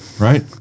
right